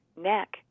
neck